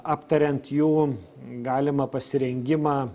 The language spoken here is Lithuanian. aptariant jų galimą pasirengimą